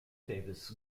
davis